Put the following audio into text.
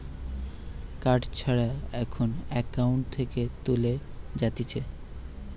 card ছাড়া এখন account থেকে তুলে যাতিছে